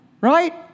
Right